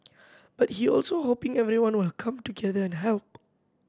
but he also hoping everyone will come together and help